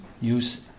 use